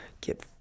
Get